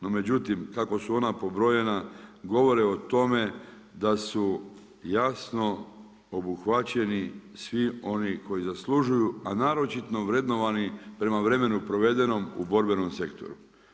No međutim, kako su ona pobrojena govore o tome da su jasno obuhvaćeni svi oni koji zaslužuju, a naročito vrednovani, prema vremenu provedenom u borbenom sektoru.